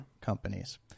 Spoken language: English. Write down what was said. companies